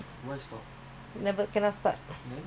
car radio today also suppose to go and see car